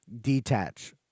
Detach